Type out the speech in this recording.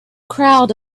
crowd